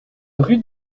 rue